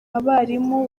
abarimu